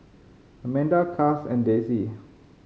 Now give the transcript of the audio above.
Amanda Cas and Desi